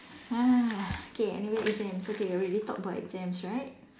okay anyway exams okay we already talked about exams right